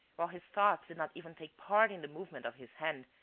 while his thoughts did not even take part in the movement of his hand,